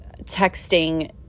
texting